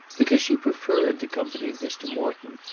because she preferred the company of mr. morton,